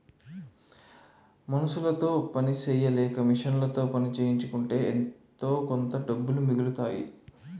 మనుసులతో పని సెయ్యలేక మిషన్లతో చేయించుకుంటే ఎంతోకొంత డబ్బులు మిగులుతాయి